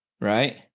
right